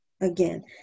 again